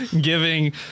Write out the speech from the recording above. giving